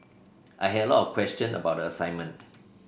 I had a lot question about the assignment